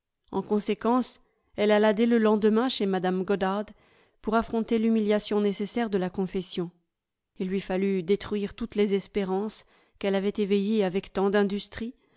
en conséquence elle alla dès le lendemain chez mme goddard pour affronter l'humiliation nécessaire de la confession il lui fallut détruire toutes les espérances qu'elle avait éveillées avec tant d'industrie